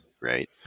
Right